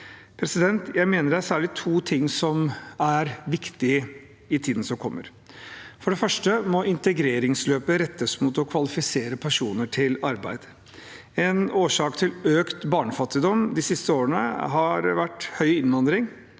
regjeringen. Jeg mener det er særlig to ting som er viktige i tiden som kommer. For det første må integreringsløpet rettes mot å kvalifisere personer til arbeid. En årsak til økt barnefattigdom de siste årene har vært høy innvandring